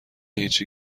هیچی